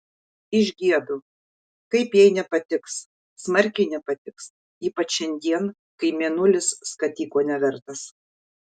išgiedu kaip jai nepatiks smarkiai nepatiks ypač šiandien kai mėnulis skatiko nevertas